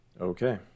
Okay